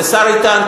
לשר איתן,